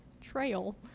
Trail